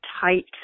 tight